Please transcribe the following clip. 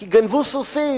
כי גנבו סוסים,